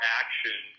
action